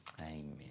Amen